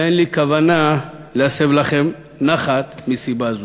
ואין לי כוונה להסב לכם נחת, מסיבה זו.